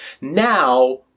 Now